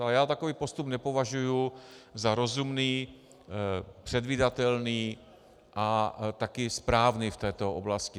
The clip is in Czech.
Ale já takový postup nepovažuji za rozumný, předvídatelný a taky správný v této oblasti.